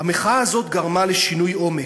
שהמחאה הזאת גרמה לשינוי עומק,